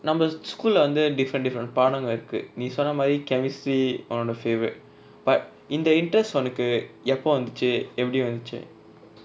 நம்ம:namma school lah வந்து:vanthu different different பாடங்கள் இருக்கு நீ சொன்னமாரி:paadankal iruku nee sonnamari chemistry ஒன்னோட:onnoda favourite but in the interest ஒனக்கு எப்பொ வந்துச்சு எப்டி வந்துச்சு:onaku eppo vanthuchu epdi vanthuchu